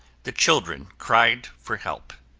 the children cried for help.